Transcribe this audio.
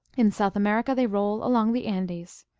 in south america they roll along the andes.